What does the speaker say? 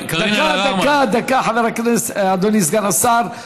קארין אלהרר, דקה, דקה, דקה, אדוני סגן השר.